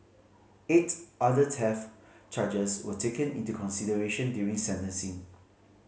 eight other theft charges were taken into consideration during sentencing